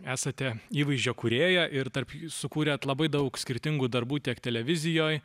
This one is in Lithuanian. esate įvaizdžio kūrėja ir tarp jų sukūrėt labai daug skirtingų darbų tiek televizijoj